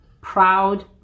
Proud